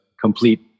complete